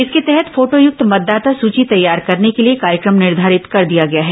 इसके तहत फोटोयुक्त मतदाता सूची तैयार करने के लिए कार्यक्रम निर्धारित कर दिया गया है